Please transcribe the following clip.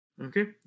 Okay